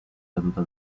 caduta